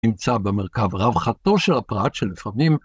‫נמצא במרכב רווחתו של הפרט ‫שלפעמים.